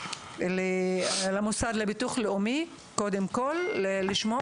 נציגת המוסד לביטוח לאומי, בבקשה.